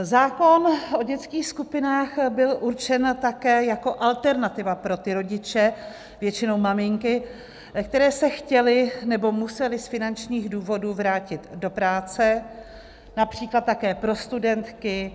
Zákon o dětských skupinách byl určen také jako alternativa pro ty rodiče, většinou maminky, které se chtěly nebo musely z finančních důvodů vrátit do práce, například také pro studentky.